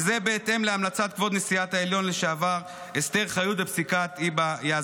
וזה בהתאם להמלצת כבוד נשיאת העליון לשעבר אסתר חיות בפסיקת היבא יזבק.